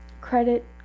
Credit